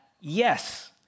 yes